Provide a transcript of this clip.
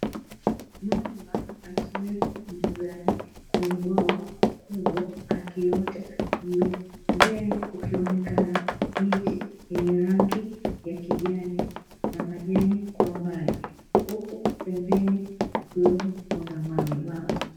Mamba akiwepo mbugani kwenye bwawa kubwa akiota jua. Mbele kukionekana miti yenye rangi ya kijani na majani kwa mbali. Huku pembeni kukiwepo kuna mawemawe.